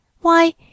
Why